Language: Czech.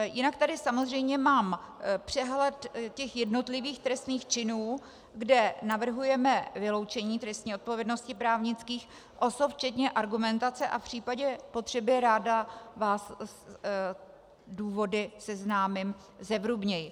Jinak tady samozřejmě mám přehled těch jednotlivých trestných činů, kde navrhujeme vyloučení trestní odpovědnosti právnických osob včetně argumentace, a v případě potřeby vás s důvody ráda seznámím zevrubněji.